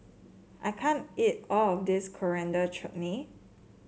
I can't eat all of this Coriander Chutney